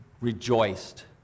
rejoiced